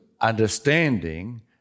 understanding